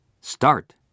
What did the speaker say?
Start